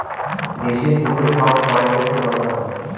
দেশে গুলো সব করের উপর গননা করে